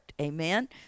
amen